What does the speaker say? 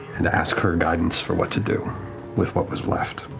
and ask her guidance for what to do with what was left.